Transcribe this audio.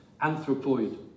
anthropoid